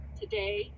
Today